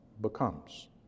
becomes